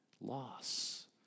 loss